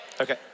Okay